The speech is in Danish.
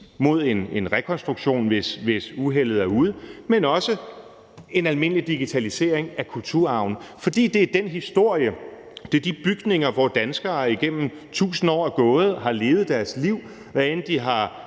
til en rekonstruktion, hvis uheldet er ude, dels en almindelig digitalisering af kulturarven, fordi det er den historie og de bygninger, hvor danskere igennem 1.000 år har levet deres liv. Hvad enten de har